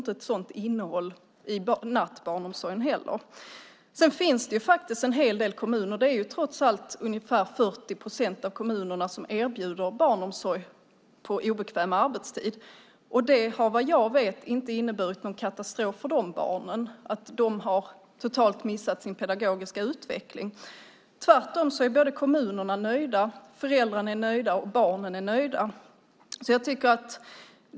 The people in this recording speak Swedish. Ett sådant innehåll är inte uteslutet ur nattbarnomsorgen. Ungefär 40 procent av kommunerna erbjuder barnomsorg på obekväm arbetstid. Vad jag vet har det inte inneburit någon katastrof för barnen och att de totalt har missat sin pedagogiska utveckling. Både kommunerna, föräldrarna och barnen är nöjda.